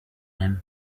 him